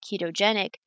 ketogenic